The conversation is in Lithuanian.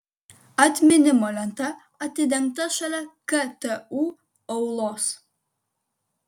atminimo lenta atidengta šalia ktu aulos